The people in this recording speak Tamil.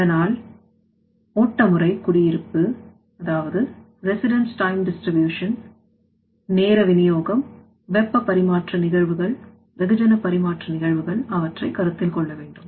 அதனால் ஓட்டம்முறை குடியிருப்பு நேர வினியோகம் வெப்ப பரிமாற்ற நிகழ்வுகள் வெகுஜன பரிமாற்ற நிகழ்வுகள் அவற்றைக் கருத்தில் கொள்ள வேண்டும்